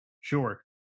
Sure